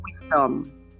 wisdom